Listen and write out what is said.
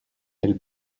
elle